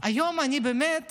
אני באמת